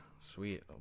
sweet